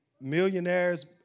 millionaires